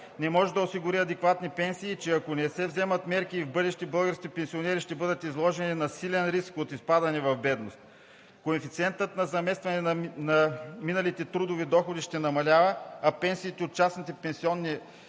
не може да осигури адекватни пенсии и че ако не се вземат мерки, в бъдеще българските пенсионери ще бъдат изложени на силен риск от изпадане в бедност, коефициентът на заместване на миналите трудови доходи ще намалява и пенсиите от частните пенсионни